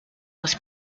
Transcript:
was